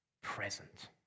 present